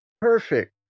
perfect